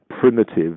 primitive